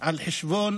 על חשבון